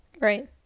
right